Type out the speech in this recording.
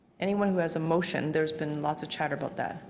anyone who has a motion there's been lots of chatter about that.